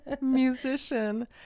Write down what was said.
musician